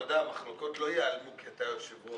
אתה יודע, המחלוקות לא ייעלמו כי אתה היושב-ראש.